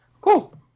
Cool